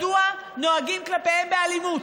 מדוע נוהגים כלפיהם באלימות?